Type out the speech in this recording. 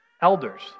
elders